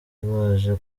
baje